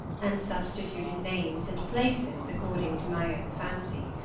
and substituted names and places according to my own fancy.